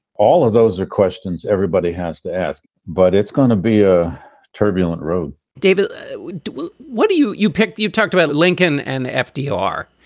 all of those are questions everybody has to ask, but it's going to be a turbulent road david, what do what do you you pick? you've talked about lincoln and fdr.